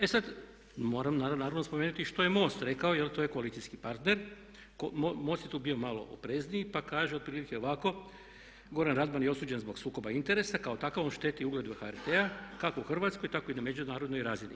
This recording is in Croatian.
E sad moram naravno spomenuti i što je MOST rekao jer to je koalicijski partner, MOST je tu bio malo oprezniji, pa kaže otprilike ovako: "Goran Radman je osuđen zbog sukoba interesa, kao takav on šteti ugledu HRT-a kako u Hrvatskoj tako i na međunarodnoj razini.